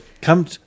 come